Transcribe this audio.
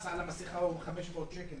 קנס על המסכה הוא 500 שקל,